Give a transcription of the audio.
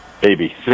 baby